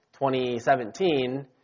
2017